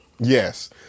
Yes